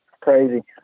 crazy